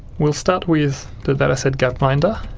we'll start with the data set gapminder,